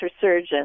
surgeon